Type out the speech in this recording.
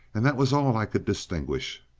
and that was all i could distinguish.